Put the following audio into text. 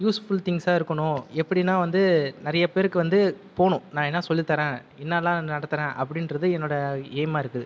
useful திங்சாக இருக்கணும் எப்படின்னா வந்து நிறைய பேருக்கு வந்து போகணும் நான் என்ன சொல்லித் தரேன் என்னலாம் நடத்துகிறேன் அப்படின்றது என்னோடய எய்மாக இருக்குது